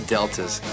Deltas